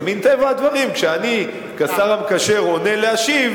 אז מטבע הדברים, כשאני כשר המקשר עולה להשיב,